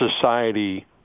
society